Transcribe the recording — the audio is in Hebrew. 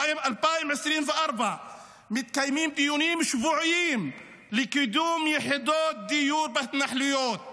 2024 "מתקיימים דיונים שבועיים לקידום יחידות דיור בהתנחלויות.